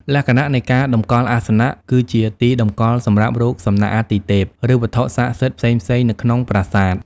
លក្ខណៈនៃការតម្កល់អាសនៈ គឺជាទីតម្កល់សម្រាប់រូបសំណាកអាទិទេព ឬវត្ថុសក្តិសិទ្ធិផ្សេងៗនៅក្នុងប្រាសាទ។